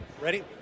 Ready